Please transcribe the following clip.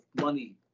money